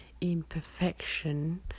imperfection